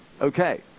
Okay